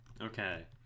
okay